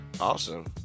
Awesome